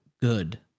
good